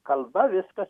kalba viskas